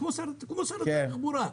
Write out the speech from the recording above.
כמו שר התחבורה.